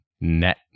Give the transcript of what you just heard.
net